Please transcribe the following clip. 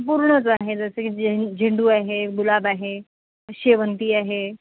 पूर्णच आहे जसं की झें झेंडू आहे गुलाब आहे शेवंती आहे